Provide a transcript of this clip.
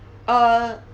uh